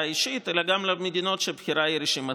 היא אישית אלא גם למדינות שבהן הבחירה היא רשימתית,